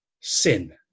sin